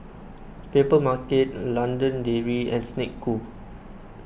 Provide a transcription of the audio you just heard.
Papermarket London Dairy and Snek Ku